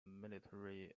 military